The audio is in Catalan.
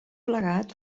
plegat